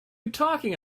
talking